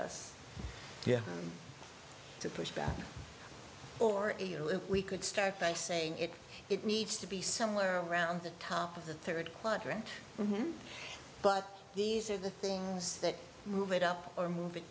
us to push back or if we could start by saying it it needs to be somewhere around the top of the third quadrant but these are the things that move it up or move it